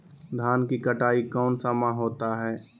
धान की कटाई कौन सा माह होता है?